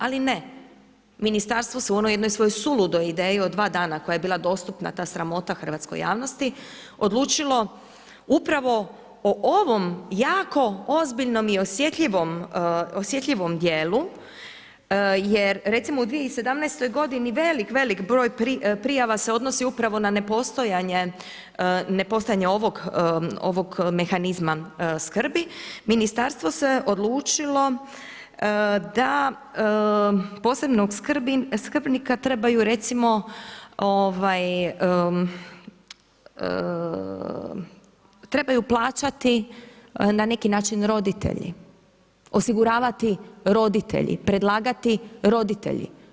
Ali ne, Ministarstvo se u onoj jednoj svojoj suludoj ideji od 2 dana koja je bila dostupna ta sramota hrvatskoj javnosti odlučilo upravo o ovom jako ozbiljnom i osjetljivom dijelu jer recimo, u 2017. godini velik broj prijava se odnosi upravo na nepostojanje ovog mehanizma skrbi, Ministarstvo se odlučilo da posebnog skrbnika trebaju recimo, trebaju plaćati na neki način roditelji, osiguravati roditelji, predlagati roditelji.